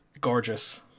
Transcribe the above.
gorgeous